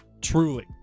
truly